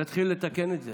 ונתחיל לתקן את זה.